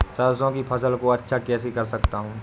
सरसो की फसल को अच्छा कैसे कर सकता हूँ?